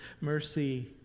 mercy